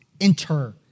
enter